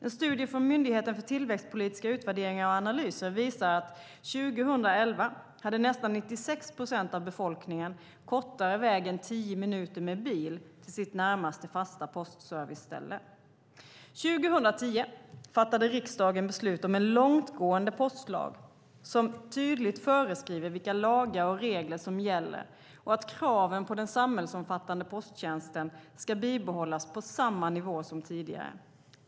En studie från Myndigheten för tillväxtpolitiska utvärderingar och analyser visar att 2011 hade nästan 96 procent av befolkningen kortare väg än tio minuter med bil till sitt närmaste fasta postserviceställe. År 2010 fattade riksdagen beslut om en långtgående postlag som tydligt föreskriver vilka lagar och regler som gäller och att kraven på den samhällsomfattande posttjänsten ska bibehållas på samma nivå som tidigare.